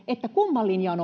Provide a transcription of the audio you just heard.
kumman linja on